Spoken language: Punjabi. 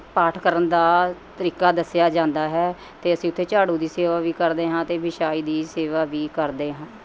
ਪਾਠ ਕਰਨ ਦਾ ਤਰੀਕਾ ਦੱਸਿਆ ਜਾਂਦਾ ਹੈ ਅਤੇ ਅਸੀਂ ਉੱਥੇ ਝਾੜੂ ਦੀ ਸੇਵਾ ਵੀ ਕਰਦੇ ਹਾਂ ਅਤੇ ਵਿਛਾਈ ਦੀ ਸੇਵਾ ਵੀ ਕਰਦੇ ਹਾਂ